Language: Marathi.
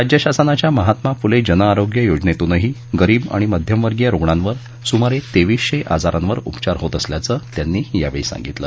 राज्य शासनाच्या महात्मा फुले जन आरोग्य योजनेतूनही गरीब आणि मध्यमवर्गीय रुग्णांवर सुमारे तेवीसशे आजारांवर उपचार होत असल्याचं त्यांनी सांगितलं